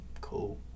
cool